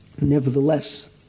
Nevertheless